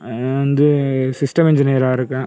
வந்து சிஸ்டம் என்ஜினியராக இருக்கேன்